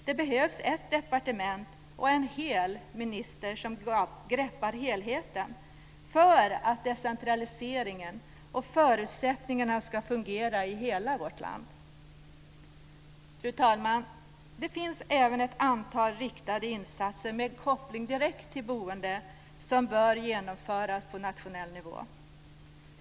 Det behövs ett departement och en "hel" minister som greppar helheten för att decentraliseringen och förutsättningarna ska fungera i hela vårt land. Fru talman! Det finns även ett antal riktade insatser med koppling direkt till boendet som bör genomföras på nationell nivå.